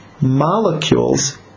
molecules